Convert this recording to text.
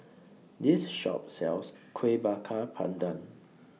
This Shop sells Kueh Bakar Pandan